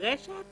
הנדרשת